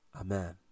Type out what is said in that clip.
Amen